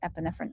epinephrine